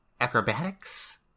acrobatics